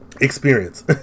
experience